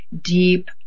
deep